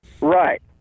Right